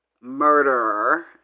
murderer